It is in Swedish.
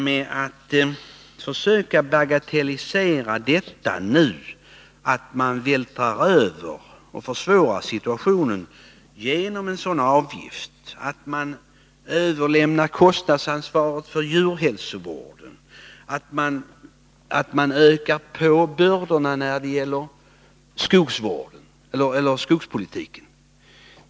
Man försöker bagatellisera det faktum att man försvårar situationen för jordbruket genom en sådan här avgift, genom att föra över kostnadsansvaret för djurhälsovården och genom att öka bördorna när det gäller skogspolitiken.